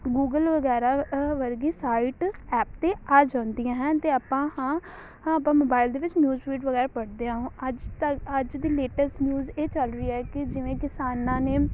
Google ਵਗੈਰਾ ਵਰਗੀ site app 'ਤੇ ਆ ਜਾਂਦੀਆਂ ਹਨ ਅਤੇ ਆਪਾਂ ਹਾਂ ਆਪਾਂ ਮੋਬਾਇਲ ਦੇ ਵਿੱਚ ਨਿਊਜ਼ ਫੀਡ ਵਗੈਰਾ ਪੜ੍ਹਦੇ ਹਾਂ ਅੱਜ ਤੱਕ ਅੱਜ ਦੀ ਲੇਟੈਸਟ ਨਿਊਜ਼ ਇਹ ਚੱਲ ਰਹੀ ਹੈ ਕਿ ਜਿਵੇਂ ਕਿਸਾਨਾਂ ਨੇ